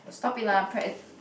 stop it lah pre~